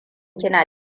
kina